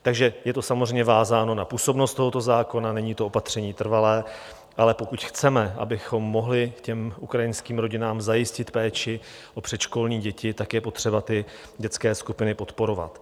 Takže je to samozřejmě vázáno na působnost tohoto zákona, není to opatření trvalé, ale pokud chceme, abychom mohli těm ukrajinský rodinám zajistit péči o předškolní děti, tak je potřeba ty dětské skupiny podporovat.